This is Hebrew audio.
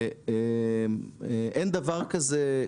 אין דבר כזה,